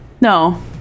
no